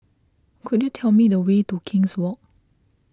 could you tell me the way to King's Walk